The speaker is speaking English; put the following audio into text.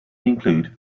include